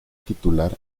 titular